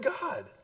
God